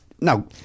Now